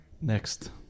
Next